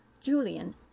Julian